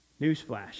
Newsflash